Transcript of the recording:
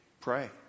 pray